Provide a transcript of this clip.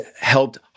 helped